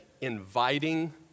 inviting